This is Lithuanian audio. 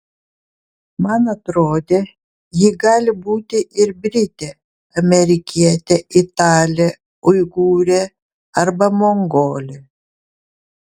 man atrodė ji gali būti ir britė amerikietė italė uigūrė arba mongolė